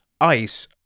ice